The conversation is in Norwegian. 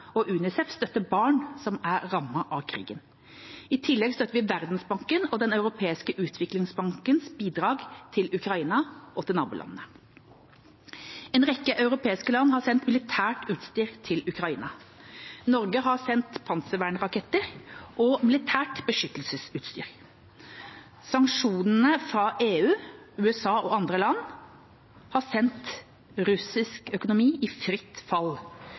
og UNICEF støtter barn som er rammet av krigen. I tillegg støtter vi Verdensbanken og Den europeiske utviklingsbankens bidrag til Ukraina og nabolandene. En rekke europeiske land har sendt militært utstyr til Ukraina. Norge har sendt panservernraketter og militært beskyttelsesutstyr. Sanksjonene fra EU, USA og andre land har sendt russisk økonomi i fritt fall,